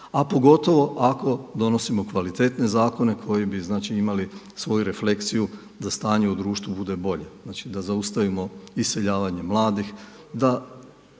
a pogotovo ako donosimo kvalitetne zakone koji bi znači imali svoju refleksiju da stanje u društvu bude bolje. Znači da zaustavimo iseljavanje mladih, da